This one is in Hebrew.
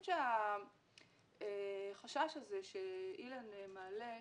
החשש הזה שאילן מעלה,